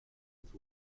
with